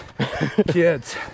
kids